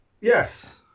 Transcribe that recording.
yes